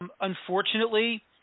Unfortunately